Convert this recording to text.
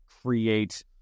create